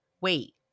Wait